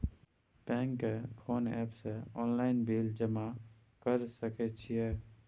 Bank के कोन app से ऑनलाइन बिल जमा कर सके छिए?